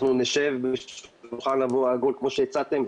אנחנו נשב ונוכל לבוא לשולחן עגול כמו שהצעתם,